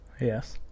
Yes